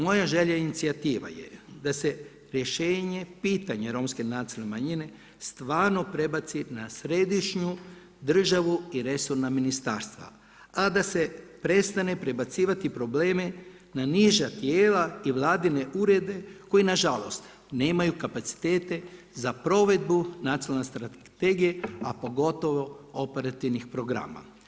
Moja želja i inicijativa je da se rješenje pitanja romske nacionalne manjine stvarno prebaci na središnju državu i resorna ministarstva, a da se prestane prebacivati probleme na niža tijela i Vladine urede koji na žalost nemaju kapacitete za provedbu Nacionalne strategije, a pogotovo operativnih programa.